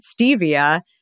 stevia